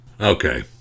Okay